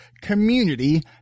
Community